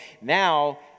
now